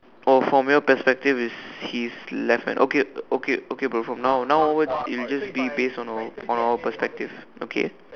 oh from your perspective is he is left hand okay okay okay be from now now onwards it will only just be based on our on our perspective okay